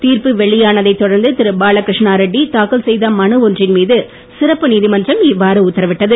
தீர்ப்பு வெளியானதைத் தொடர்ந்து திரு பாலகிருஷ்ணா ரெட்டி தாக்கல் செய்த மனு ஒன்றின் மீது சிறப்பு நீதிமன்றம் இவ்வாறு உத்தரவிட்டது